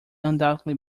undoubtedly